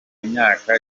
imyaka